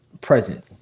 present